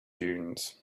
dunes